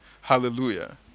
Hallelujah